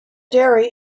dairy